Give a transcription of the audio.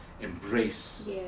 embrace